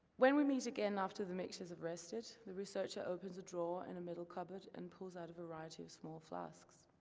when we meet again after the mixtures have rested, the researcher opens a drawer in a middle cupboard and pulls out a variety of small flasks.